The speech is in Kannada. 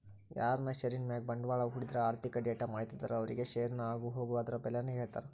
ಯಾರನ ಷೇರಿನ್ ಮ್ಯಾಗ ಬಂಡ್ವಾಳ ಹೂಡಿದ್ರ ಆರ್ಥಿಕ ಡೇಟಾ ಮಾಹಿತಿದಾರರು ಅವ್ರುಗೆ ಷೇರಿನ ಆಗುಹೋಗು ಅದುರ್ ಬೆಲೇನ ಹೇಳ್ತಾರ